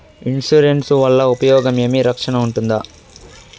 Insurance వల్ల ఉపయోగం ఏమి? రక్షణ ఉంటుందా?